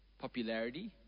popularity